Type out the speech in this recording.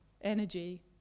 energy